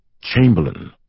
Chamberlain